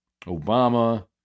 Obama